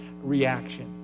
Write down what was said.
reaction